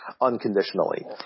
unconditionally